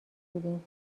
بودیم